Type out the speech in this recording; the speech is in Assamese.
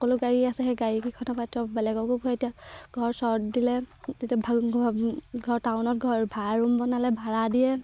সকলো গাড়ী আছে সেই গাড়ীকেইখনৰপৰাই বেলেগকো হয় এতিয়া ঘৰ চৰ্ট দিলে তেতিয়া ঘৰ টাউনত ঘৰ ভাড়া ৰুম বনালে ভাড়া দিয়ে